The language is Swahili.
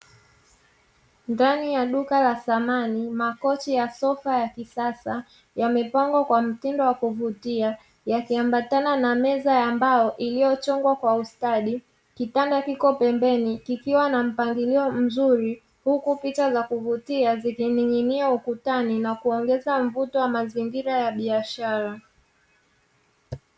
Ndani ya duka la samani makochi ya sofa ya kisasa, yamepangwa kwa mtindo wa kuvutia, yakiambatana na meza ya mbao iliyochongwa kwa ustadi, kitanda kiko pembeni kikiwa na mpangilio mzuri, huku picha za kuvutia zikining'inia ukutani, na kuongeza mvuto wa mazingira ya biashara.